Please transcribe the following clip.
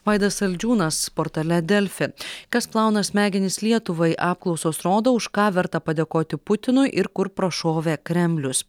vaidas saldžiūnas portale delfi kas plauna smegenis lietuvai apklausos rodo už ką verta padėkoti putinui ir kur prašovė kremlius